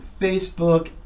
Facebook